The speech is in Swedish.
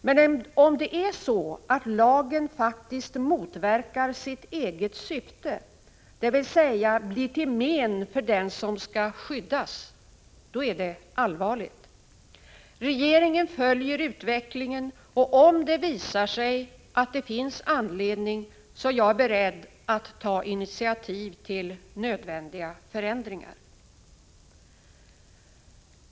Men om det är så att lagen faktiskt motverkar sitt eget syfte, dvs. blir till men för den som skall skyddas, då är det 19 allvarligt. Regeringen följer utvecklingen, och om det visar sig att det finns anledning, är jag beredd att ta initiativ till nödvändiga förändringar.